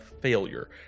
failure